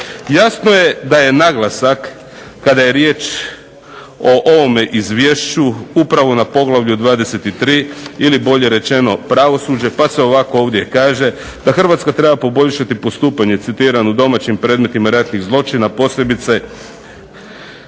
Jasno je da je naglasak kada je riječ o ovome izvješću upravo na Poglavlju 23. ili bolje rečeno Pravosuđe pa se ovako ovdje kaže da Hrvatska treba poboljšati postupanje, citiram: "u domaćim predmetima ratnih zločina, a posebice